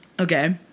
Okay